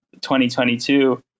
2022